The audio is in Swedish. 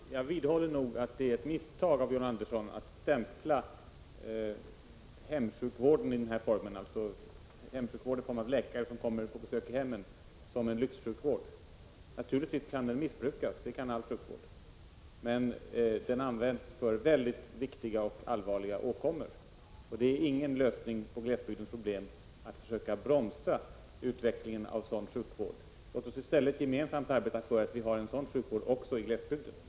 Herr talman! Jag vidhåller nog att det är ett misstag av John Andersson att 12 november 1986 stämpla hemsjukvården i form av läkare som kommer på besök i hemmen. = tm. som en lyxsjukvård. Naturligtvis kan den missbrukas — det kan all sjukvård — men den anlitas för väldigt viktiga och allvarliga åkommor. Det är ingen lösning på glesbygdens problem att försöka bromsa utvecklingen av sådan här sjukvård. Låt oss i stället gemensamt arbeta för att få en sådan sjukvård också i glesbygderna.